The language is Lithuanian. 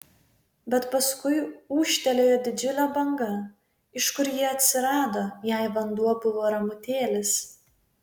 bet paskui ūžtelėjo didžiulė banga iš kur ji atsirado jei vanduo buvo ramutėlis